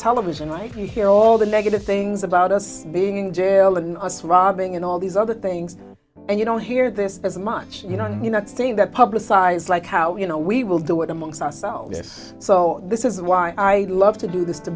television right you hear all the negative things about us being in jail and us robbing and all these other things and you don't hear this as much you know and you know that publicize like how you know we will do it amongst ourselves so this is why i love to do this to